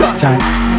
time